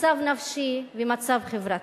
מצב נפשי ומצב חברתי.